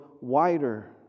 wider